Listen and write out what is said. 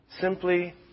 simply